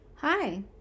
Hi